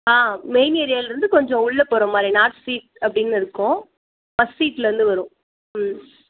ஆ main ஏரியாலிருந்து கொஞ்சம் உள்ளே போகிற மாதிரி நார்த் ஸ்ட்ரீட் அப்டின்னு இருக்கும் ஃபஸ்ட் ஸ்ட்ரீட்லேருந்து வரும் ம்